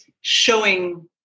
showing